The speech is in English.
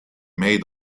made